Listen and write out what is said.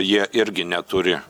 jie irgi neturi